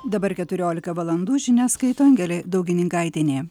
dabar keturiolika valandų žinias skaito angelė daugininkaitienė